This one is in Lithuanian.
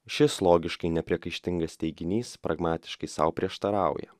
šis logiškai nepriekaištingas teiginys pragmatiškai sau prieštarauja